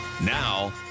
now